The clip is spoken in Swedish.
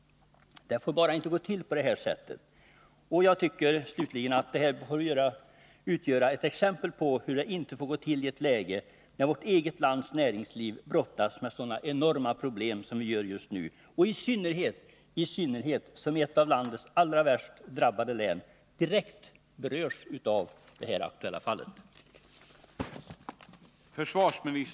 Det får bara inte gå till på det sättet i ett läge när vårt eget lands näringsliv brottas med så enorma problem som vi har just nu, och i synnerhet som ett av landets värst drabbade län berörs.